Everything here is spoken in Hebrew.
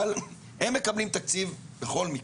אבל הם מקבלים תקציב בכל מקרה.